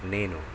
నేను